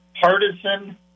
partisan